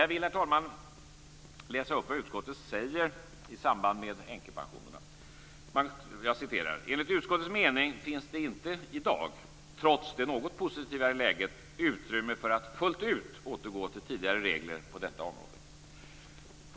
Jag vill, herr talman, läsa upp vad utskottet säger i samband med änkepensionerna: "Enligt utskottets mening finns det inte i dag, trots det något positivare läget, utrymme för att fullt ut återgå till tidigare regler på detta område."